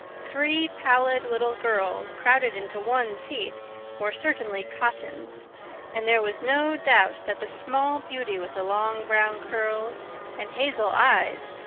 three pallid little girls crowded into one seat were certainly cottons and there was no doubt that the small beauty with the long brown curls and hazel eyes,